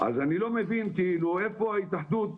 אז אני לא מבין איפה ההתאחדות.